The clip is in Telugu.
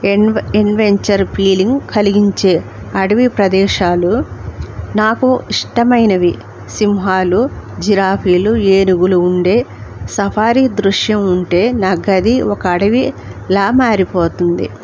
ఎన్వ ఎడ్వెంచర్ ఫీలింగ్ కలిగించే అడవి ప్రదేశాలు నాకు ఇష్టమైనవి సింహాలు జిరాఫీలు ఏనుగులు ఉండే సఫారీ దృశ్యం ఉంటే నా గది ఒక అడవిలా మారిపోతుంది